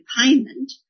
payment